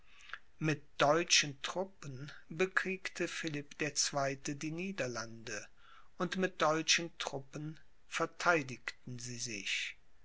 mit deutschen truppen bekriegte philipp der zweite die niederlande und mit deutschen truppen vertheidigten sie sich